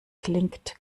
klingt